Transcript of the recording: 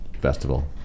Festival